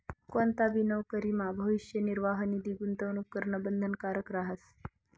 कोणताबी नवकरीमा भविष्य निर्वाह निधी गूंतवणूक करणं बंधनकारक रहास